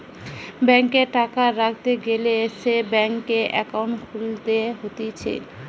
ব্যাংকে টাকা রাখতে গ্যালে সে ব্যাংকে একাউন্ট খুলতে হতিছে